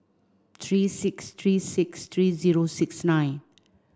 three six three six three zero six nine